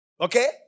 Okay